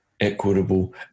equitable